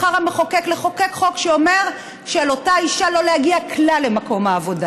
בחר המחוקק לחוקק חוק שאומר שעל אותה אישה לא להגיע כלל למקום העבודה